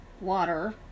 water